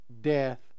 death